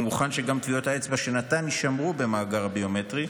מוכן שגם טביעות האצבע שנתן יישמרו במאגר הביומטרי,